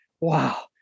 Wow